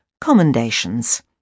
commendations